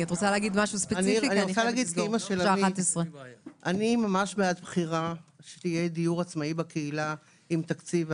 אני בעד בחירה שיהיה דיור עצמאי בקהילה עם תקציב,